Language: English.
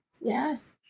Yes